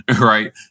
Right